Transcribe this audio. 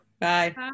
Bye